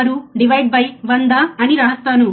6 divide by 100 అని రాస్తాను